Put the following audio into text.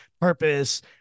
purpose